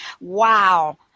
Wow